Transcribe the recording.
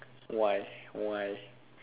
why why